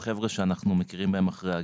או לחבר'ה שאנחנו מכירים בהם אחרי הגיל.